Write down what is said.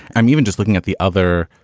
i'm even just looking at the other,